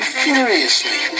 furiously